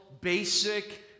basic